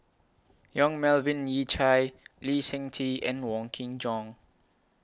Yong Melvin Yik Chye Lee Seng Tee and Wong Kin Jong